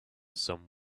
some